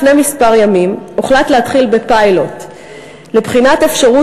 לפני כמה ימים הוחלט להתחיל בפיילוט לבחינת אפשרות